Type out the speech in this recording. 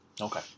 okay